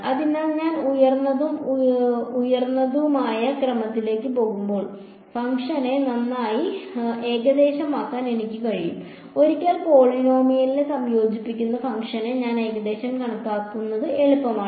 അതിനാൽ ഞാൻ ഉയർന്നതും ഉയർന്നതുമായ ക്രമത്തിലേക്ക് പോകുമ്പോൾ ഫംഗ്ഷനെ നന്നായി ഏകദേശമാക്കാൻ എനിക്ക് കഴിയും ഒരിക്കൽ പോളിനോമിയലിനെ സംയോജിപ്പിക്കുന്ന ഫംഗ്ഷനെ ഞാൻ ഏകദേശം കണക്കാക്കുന്നത് എളുപ്പമാണ്